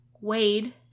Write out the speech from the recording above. Wade